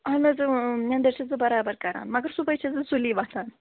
اَہَن حظ نٮ۪نٛدٕر چھَس بہٕ بَرابر کَران مگر صُبحٲے چھَس بہٕ سُلی وۅتھان